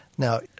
Now